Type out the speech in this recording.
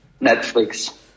Netflix